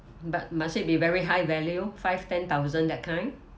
but must it be very high value five ten thousand that kind